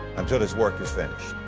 until his work is finished.